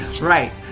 Right